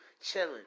Chilling